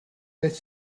beth